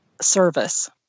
service